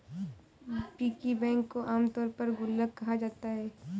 piggy bank को आमतौर पर गुल्लक कहा जाता है